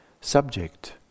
subject